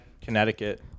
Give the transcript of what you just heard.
Connecticut